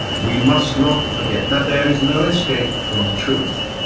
we must not forget that there is no escape from truth.